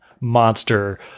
monster –